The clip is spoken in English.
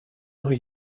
are